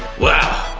wow,